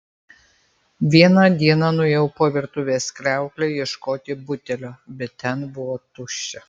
vieną dieną nuėjau po virtuvės kriaukle ieškoti butelio bet ten buvo tuščia